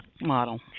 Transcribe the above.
model